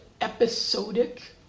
episodic